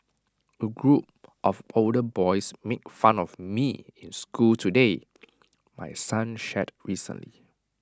A group of older boys made fun of me in school today my son shared recently